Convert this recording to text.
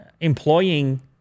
employing